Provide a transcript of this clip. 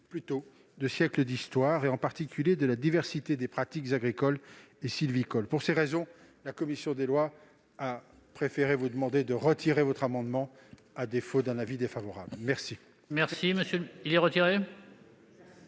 produit de siècles d'histoire et, en particulier, de la diversité des pratiques agricoles et sylvicoles. Pour ces raisons, la commission des lois a souhaité vous demander de retirer votre amendement ; à défaut, son avis serait défavorable. Je